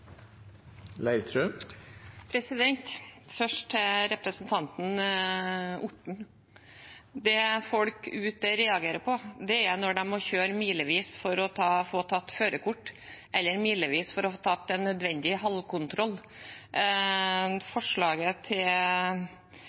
de må kjøre milevis for å få tatt førerkort eller milevis for å få tatt den nødvendige halvårlige kontrollen. Forslaget til